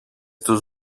τους